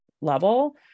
level